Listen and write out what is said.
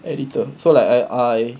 editor so like I I